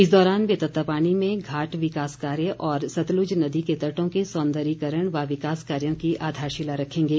इस दौरान वे तत्तापानी में घाट विकास कार्य और सतलुज नदी के तटों के सौंदर्यीकरण व विकास कार्यो की आधारशिला रखेंगे